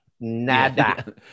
Nada